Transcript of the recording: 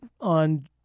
on